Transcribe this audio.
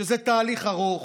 שזה תהליך ארוך,